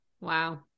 Wow